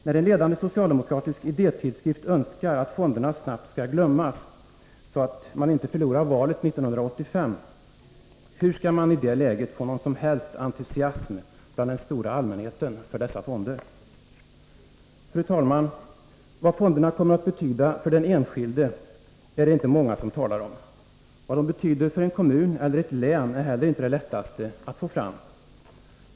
När en ledande socialdemokratisk idétidskrift önskar att fonderna snabbt skall glömmas, så att man inte förlorar valet 1985, hur skall man i det läget få någon som helst entusiasm bland den stora allmänheten för dessa fonder? Fru talman! Vad fonderna kommer att betyda för den enskilde är det inte många som talar om. Vad de betyder för en kommun eller ett län är heller inte det lättaste att få fram.